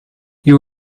you